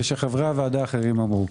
ושחברי הוועדה האחרים אמרו.